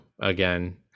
again